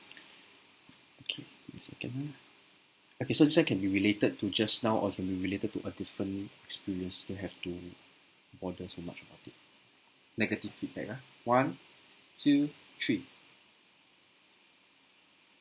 okay wait a second ah okay so this [one] can be related to just now or can be related to a different experience don't have to bother so much about it negative feedback ah one two three